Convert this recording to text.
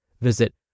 Visit